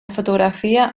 fotografia